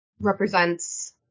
represents